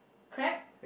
crab